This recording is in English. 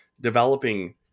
developing